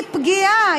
היא פגיעה.